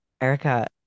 Erica